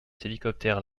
hélicoptères